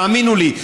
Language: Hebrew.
תאמינו לי.